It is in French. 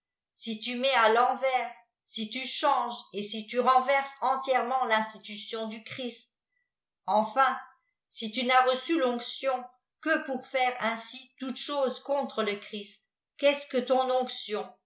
si tu m à l'envers si tu change et si tu renverses entièrement l'institution du christ enfin si tu n'as reçu l'onction que pour faire ainsi toutes choses contre le christ qu'est-ce que ton onction